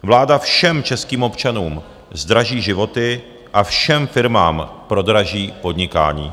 Vláda všem českým občanům zdraží životy a všem firmám prodraží podnikání.